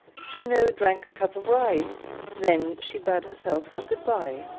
juno drank a cup of rye then she bad herself good-bye.